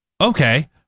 okay